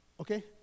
Okay